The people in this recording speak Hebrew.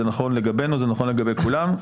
זה נכון לגבינו, זה נכון לגבי כולם.